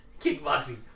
Kickboxing